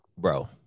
bro